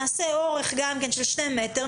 נעשה אורך של 2 מטרים,